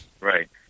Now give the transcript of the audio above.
Right